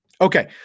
Okay